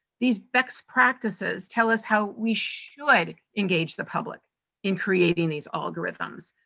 these best practices tell us how we should like engage the public in creating these algorithms.